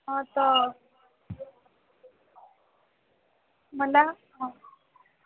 मला हो मी आता टुरिस्ट म्हणून आलेली आहे बुलढाण्यात